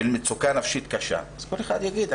מצוקה נפשית קשה" אז כל אחד יגיד,